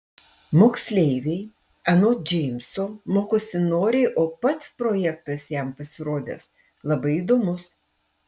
moksleiviai anot džeimso mokosi noriai o pats projektas jam pasirodęs labai įdomus